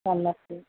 जारलासो